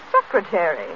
Secretary